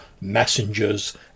messengers